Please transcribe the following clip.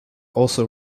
also